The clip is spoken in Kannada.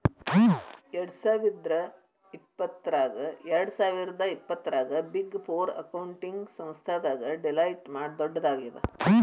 ಎರ್ಡ್ಸಾವಿರ್ದಾ ಇಪ್ಪತ್ತರಾಗ ಬಿಗ್ ಫೋರ್ ಅಕೌಂಟಿಂಗ್ ಸಂಸ್ಥಾದಾಗ ಡೆಲಾಯ್ಟ್ ದೊಡ್ಡದಾಗದ